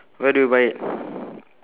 where do you buy it